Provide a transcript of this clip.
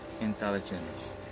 intelligence